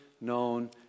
known